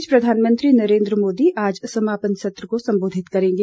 इस बीच प्रधानमंत्री नरेन्द्र मोदी आज समापन सत्र को संबोधित करेंगे